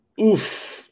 Oof